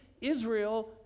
Israel